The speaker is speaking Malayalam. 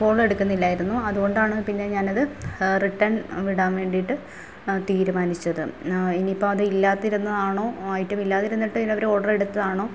കോളെടുക്കുന്നില്ലായിരുന്നു അതുകൊണ്ടാണ് പിന്നെ ഞാനത് റിട്ടേൺ വിടാൻ വേണ്ടിയിട്ട് തീരുമാനിച്ചത് ഇനിയിപ്പം അത് ഇല്ലാതിരുന്നതാണോ ഐറ്റം ഇല്ലാതിരുന്നിട്ട് ഇനി അവർ ഓർഡർ എടുത്തതാണോ